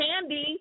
candy